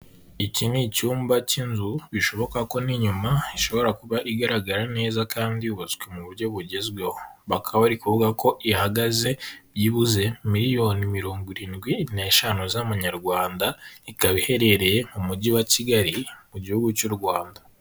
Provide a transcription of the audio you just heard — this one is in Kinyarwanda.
Iki ni icyumba cy'inzu bishoboka ko n'inyuma ishobora kuba igaragara neza kandi yubatswe mu buryo bugezweho. Bakaba bari kuvuga ko ihagaze byibuze miliyoni mirongo irindwi n'eshanu z'Amanyarwanda, ikaba iherereye mu mujyi wa Kigali mu gihugu cy'u Rwanda.